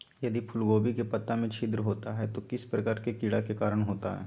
यदि फूलगोभी के पत्ता में छिद्र होता है तो किस प्रकार के कीड़ा के कारण होता है?